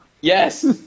Yes